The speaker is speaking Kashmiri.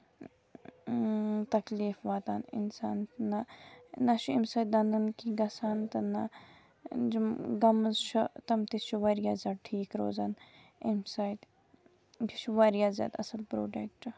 تَکلیٖف واتان اِنسان نہ چھُ اَمہِ سۭتۍ دَندن گژھان تہٕ نہ گَمٕز چھِ تِم تہِ چھِ واریاہ زیادٕ ٹھیٖک روزان اَمہِ سۭتۍ یہِ چھُ واریاہ زیادٕ اَصٕل پروڈکٹ